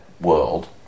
world